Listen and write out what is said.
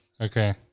Okay